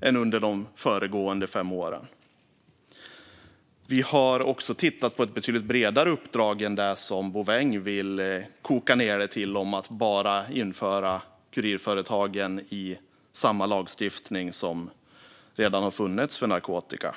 än under de föregående fem åren. Vi har också tittat på ett betydligt bredare uppdrag än det som Bouveng vill koka ned det till om att bara införa kurirföretagen i samma lagstiftning som redan har funnits för narkotika.